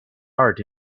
art